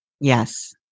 Yes